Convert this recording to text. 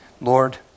lord